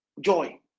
joy